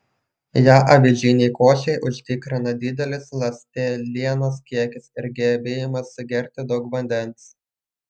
ją avižinei košei užtikrina didelis ląstelienos kiekis ir gebėjimas sugerti daug vandens